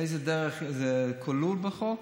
באיזה דרך זה כלול בחוק?